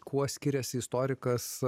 kuo skiriasi istorikas